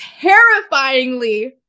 terrifyingly